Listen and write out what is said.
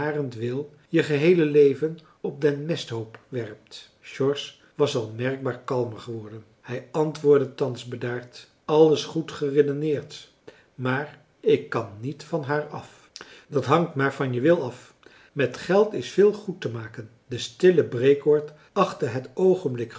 harentwil je geheele leven op den mesthoop werpt george was al merkbaar kalmer geworden hij antwoordde thans bedaard alles goed geredeneerd maar ik kan niet van haar af dat hangt maar van je wil af met geld is veel goed te maken de stille breekoord achtte het oogenblik